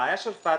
הבעיה של פטקא,